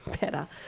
better